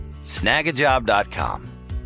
Snagajob.com